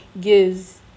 gives